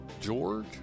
George